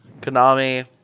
Konami